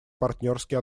партнерские